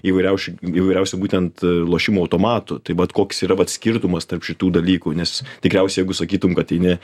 įvairiaušių įvairiausių būtent lošimo automatų tai vat koks yra vat skirtumas tarp šitų dalykų nes tikriausiai jeigu sakytum kad eini